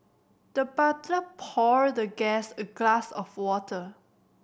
the butler poured the guest a glass of water